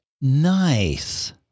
Nice